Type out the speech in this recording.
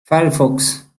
firefox